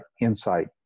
insight